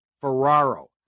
Ferraro